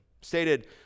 Stated